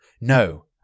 No